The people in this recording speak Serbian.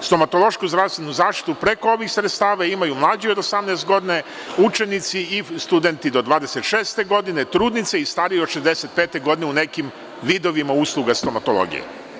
stomatološku zdravstvenu zaštitu preko ovih sredstava imaju mlađi od 18 godina, učenici i studenti do 26 godine, trudnice i stariji od 65 godine u nekim vidovima usluga stomatologije.